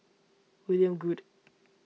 William Goode